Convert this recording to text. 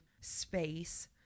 space